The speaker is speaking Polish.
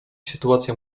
sytuacja